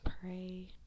pray